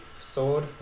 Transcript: Sword